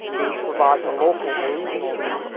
which provides a local or regional view,